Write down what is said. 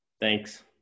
Thanks